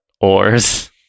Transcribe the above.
oars